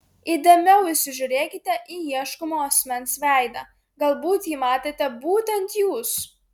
įdėmiau įsižiūrėkite į ieškomo asmens veidą galbūt jį matėte būtent jūs